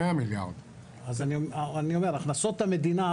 הכנסות המדינה.